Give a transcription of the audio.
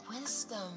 Wisdom